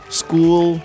school